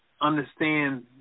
understand